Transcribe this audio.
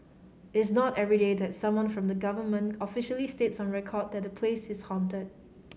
is not everyday that someone from the government officially states on record that a place is haunted